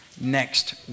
next